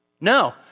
No